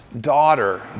daughter